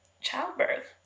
childbirth